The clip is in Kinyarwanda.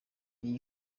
iyi